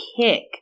kick